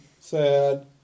sad